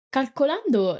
Calcolando